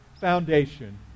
foundation